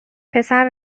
پسر